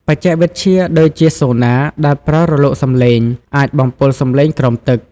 បច្ចេកវិទ្យាដូចជាសូណា ដែលប្រើរលកសំឡេង អាចបំពុលសំឡេងក្រោមទឹក។